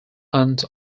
aunt